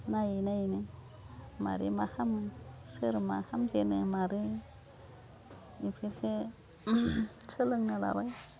नायै नायैनो माबोरै मा खालामो सोर मा खालामजेनो माबोरै बेफोरखौ सोलोंना लाबाय